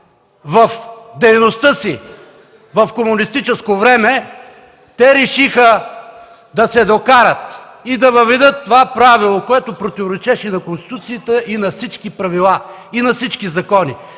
в дейността си в комунистическо време, те решиха да се докарат и да въведат това правило, което противоречеше на Конституцията и на всички правила и закони,